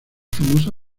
famosa